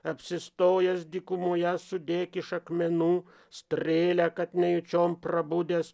apsistojęs dykumoje sudėk iš akmenų strėlę kad nejučiom prabudęs